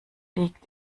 liegt